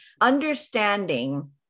understanding